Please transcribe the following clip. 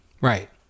right